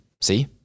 see